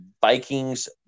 Vikings